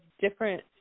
different